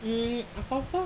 um apa-apa lah